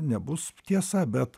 nebus tiesa bet